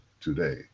today